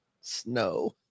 Snow